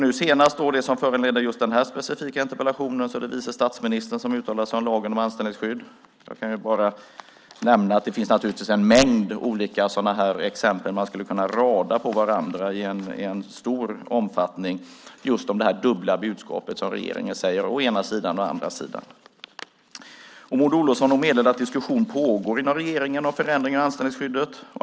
Det som föranledde just den här specifika interpellationen var att vice statsministern uttalade sig om lagen om anställningsskydd, men just när det gäller dubbla budskap från regeringen finns det naturligtvis en mängd liknande exempel som skulle kunna radas på varandra. Maud Olofsson meddelar att diskussion pågår inom regeringen om förändringar i anställningsskyddet.